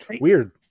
weird